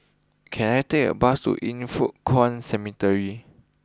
can I take a bus to Yin Foh Kuan Cemetery